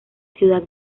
ciudad